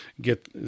get